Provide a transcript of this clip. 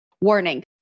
warning